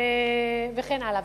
וכן הלאה,